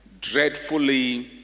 dreadfully